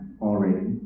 already